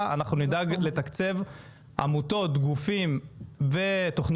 גופים ותוכניות ייחודיות במשרד החינוך שיידעו לטפל בנושא הזה.